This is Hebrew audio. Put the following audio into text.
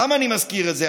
למה אני מזכיר את זה?